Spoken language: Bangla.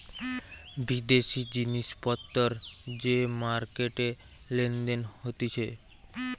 বিদেশি জিনিস পত্তর যে মার্কেটে লেনদেন হতিছে